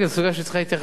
לא, לא, לא, יש אחת כזאת,